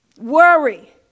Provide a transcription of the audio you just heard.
Worry